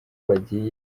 bagiye